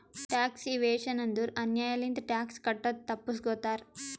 tax evasion ಅಂದುರ್ ಅನ್ಯಾಯ್ ಲಿಂತ ಟ್ಯಾಕ್ಸ್ ಕಟ್ಟದು ತಪ್ಪಸ್ಗೋತಾರ್